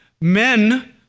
men